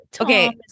okay